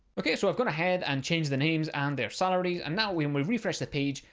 okay, so i've gone ahead and change the names and their salaries. and now when we refresh the page,